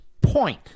point